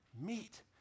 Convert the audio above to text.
meet